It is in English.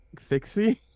Fixie